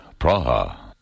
Praha